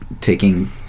taking